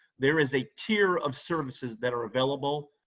there is a tier of services that are available.